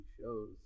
shows